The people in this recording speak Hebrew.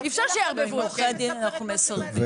עם עורכי הדין אנחנו מסרבים.